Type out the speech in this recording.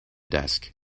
desk